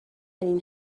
این